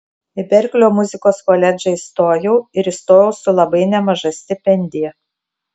į berklio muzikos koledžą įstojau ir įstojau su labai nemaža stipendija